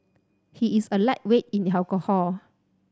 he is a lightweight in alcohol